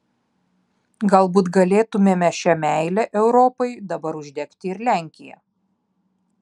galbūt galėtumėme šia meile europai dabar uždegti ir lenkiją